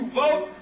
vote